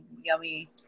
yummy